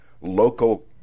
local